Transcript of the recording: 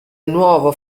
nuovo